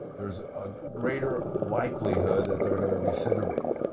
there's a greater likelihood that they're going to recidivate,